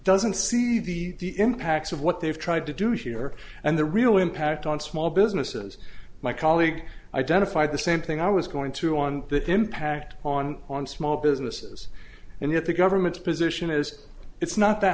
doesn't see the impacts of what they've tried to do here and the real impact on small businesses my colleague identified the same thing i was going to on the impact on on small businesses and yet the government's position is it's not that